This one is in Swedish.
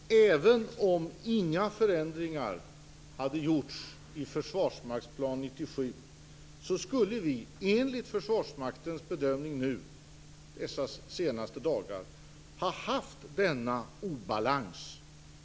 Fru talman! Även om inga förändringar hade gjorts i Försvarsmaktsplan 97 skulle vi, enligt Försvarsmaktens bedömning dessa senaste dagar, ha haft denna obalans.